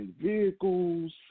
vehicles